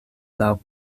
laŭ